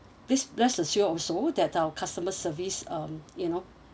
please rest assured also that our customer service um you know